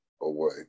away